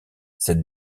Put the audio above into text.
cette